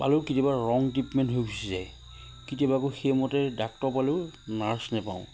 পালেও কেতিয়াবা ৰং ট্ৰিটমেণ্ট হৈ গুচি যায় কেতিয়াবা আকৌ সেইমতে ডাক্তৰ পালেও নাৰ্ছ নেপাওঁ